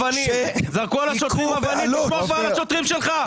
זרקו על השוטרים אבנים, על השוטרים שלך.